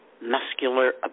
muscular